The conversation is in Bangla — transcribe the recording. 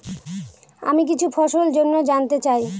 আমি কিছু ফসল জন্য জানতে চাই